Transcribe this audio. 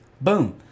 boom